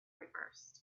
reversed